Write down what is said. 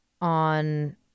on